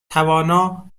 توانا